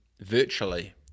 virtually